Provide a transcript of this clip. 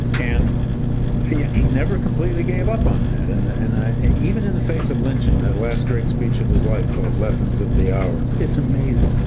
and yeah he never completely gave up on that, and and even in the face of lynching, that last great speech of his life called lessons of the hour. it's amazing.